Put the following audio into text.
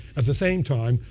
at the same time,